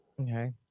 Okay